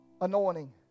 anointing